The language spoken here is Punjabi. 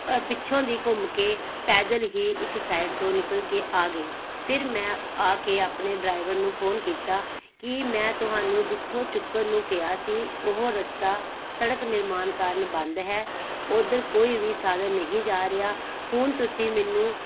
ਪ ਪਿੱਛੋਂ ਦੀ ਘੁੰਮ ਕੇ ਪੈਦਲ ਹੀ ਇੱਕ ਸਾਈਡ ਤੋਂ ਨਿਕਲ ਕੇ ਆ ਗਈ ਫਿਰ ਮੈਂ ਆ ਕੇ ਆਪਣੇ ਡਰਾਈਵਰ ਨੂੰ ਫੋਨ ਕੀਤਾ ਕਿ ਮੈਂ ਤੁਹਾਨੂੰ ਜਿੱਥੋਂ ਚੁੱਕਣ ਨੂੰ ਕਿਹਾ ਸੀ ਉਹ ਰਸਤਾ ਸੜਕ ਨਿਰਮਾਣ ਕਾਰਣ ਬੰਦ ਹੈ ਉੱਧਰ ਕੋਈ ਵੀ ਸਾਧਨ ਨਹੀਂ ਜਾ ਰਿਹਾ ਹੁਣ ਤੁਸੀਂ ਮੈਨੂੰ